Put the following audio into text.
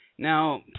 Now